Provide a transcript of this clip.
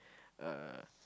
uh